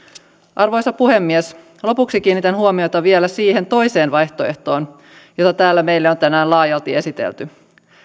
arvoisa puhemies lopuksi kiinnitän huomiota vielä siihen toiseen vaihtoehtoon jota täällä meille on tänään laajalti esitelty